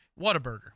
Whataburger